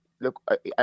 look